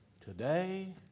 today